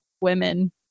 women